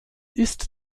ist